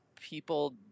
people